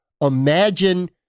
imagine